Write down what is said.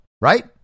right